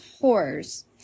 horrors